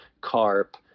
carp